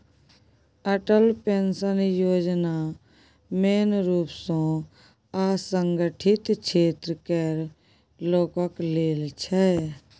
Atal pension Yojana मेन रुप सँ असंगठित क्षेत्र केर लोकक लेल छै